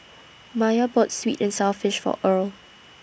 Miya bought Sweet and Sour Fish For Earle